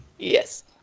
Yes